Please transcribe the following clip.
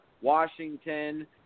Washington